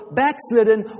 backslidden